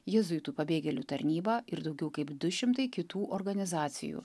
jėzuitų pabėgėlių tarnyba ir daugiau kaip du šimtai kitų organizacijų